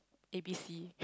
A B C